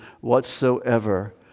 whatsoever